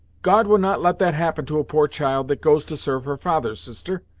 god will not let that happen to a poor child that goes to serve her father, sister.